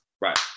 right